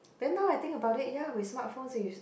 then now I think about it ya with smart phones is